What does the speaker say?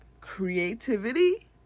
creativity